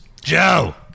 Joe